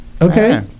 Okay